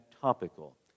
topical